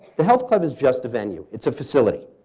the health club is just a venue. it's a facility.